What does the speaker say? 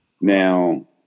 Now